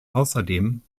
außerdem